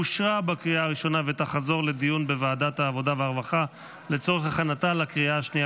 לוועדת העבודה והרווחה נתקבלה.